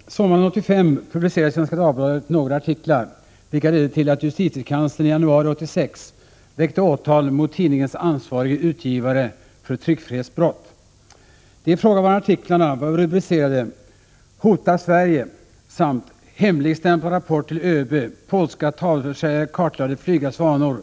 Herr talman! Sommaren 1985 publicerades i Svenska Dagbladet några artiklar, vilka ledde till att justitekanslern i januari 1986 väckte åtal mot tidningens ansvarige utgivare för tryckfrihetsbrott. De ifrågavarande artiklarna var rubricerade ”Hotar Sverige”, ”Hemligstämplad rapport till ÖB. Polska tavelförsäljare kartlade flygares vanor”